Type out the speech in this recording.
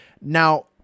Now